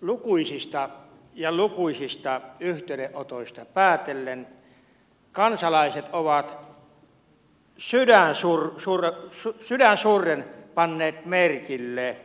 lukuisista ja lukuisista yhteydenotoista päätellen kansalaiset ovat sydän surren panneet merkille